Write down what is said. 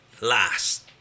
last